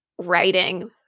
writing